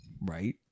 Right